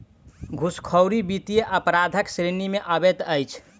घूसखोरी वित्तीय अपराधक श्रेणी मे अबैत अछि